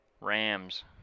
Rams